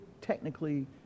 technically